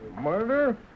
Murder